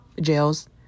jails